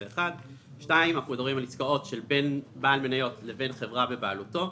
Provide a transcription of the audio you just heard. או בעסקאות שבין בעל מניות לבין חברה בבעלותו,